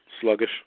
sluggish